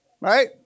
right